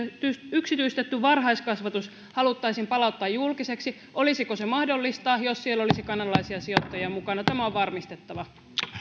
yksityistetty varhaiskasvatus haluttaisiin palauttaa julkiseksi olisiko se mahdollista jos siellä olisi kanadalaisia sijoittajia mukana tämä on varmistettava